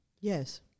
yes